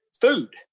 food